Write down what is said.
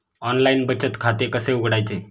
Online बचत खाते कसे उघडायचे?